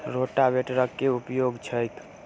रोटावेटरक केँ उपयोग छैक?